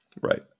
Right